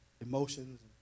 emotions